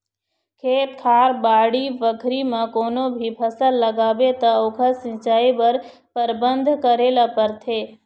खेत खार, बाड़ी बखरी म कोनो भी फसल लगाबे त ओखर सिंचई बर परबंध करे ल परथे